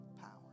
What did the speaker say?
power